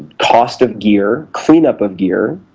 cost of gear, clean-up of gear,